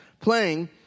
playing